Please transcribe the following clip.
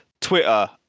Twitter